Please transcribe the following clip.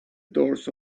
doors